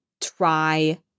try